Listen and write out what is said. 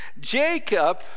Jacob